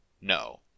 No